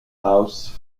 house